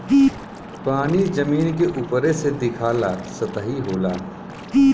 पानी जमीन के उपरे से दिखाला सतही होला